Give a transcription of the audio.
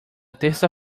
terça